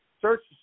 Search